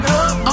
up